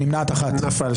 הצבעה לא אושרה נפל.